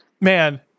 Man